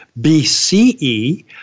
BCE